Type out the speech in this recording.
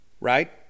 right